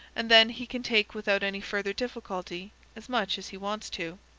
and then he can take without any further difficulty as much as he wants to.